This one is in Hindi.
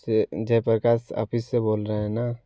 से जयप्रकाश ऑफिस से बोल रहे है ना